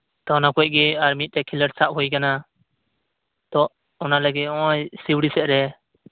ᱛᱟ ᱚᱱᱟ ᱠᱚᱨᱮᱜ ᱜᱮ ᱟᱨ ᱢᱤᱫᱴᱮᱡ ᱠᱷᱮᱞᱳᱰ ᱥᱟᱵ ᱦᱩᱭ ᱠᱟᱱᱟ ᱛᱳ ᱚᱱᱟ ᱞᱟᱹᱜᱤᱫ ᱱᱚᱜᱼᱚᱭ ᱥᱤᱣᱲᱤ ᱥᱮᱫᱨᱮ